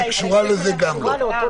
על ההסתייגות שקשורה לזה גם לא.